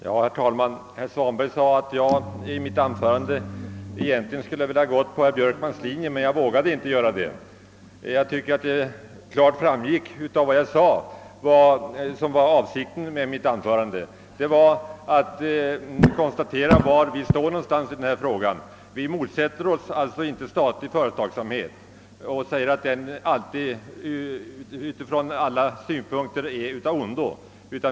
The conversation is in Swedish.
Herr talman! Herr Svanberg påstod att jag i mitt anförande egentligen skulle ha velat gå på herr Björkmans linje men inte vågat göra det. Jag tycker att avsikten med mitt anförande klart borde ha framgått av vad jag sade. Avsikten var att konstatera var vi står i denna fråga. Vi motsätter oss inte statlig företagsamhet och anser inte, att denna ur alla synpunkter är av ondo.